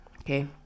okay